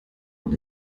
und